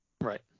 Right